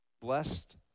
Blessed